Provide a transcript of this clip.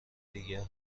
دیگر